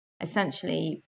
essentially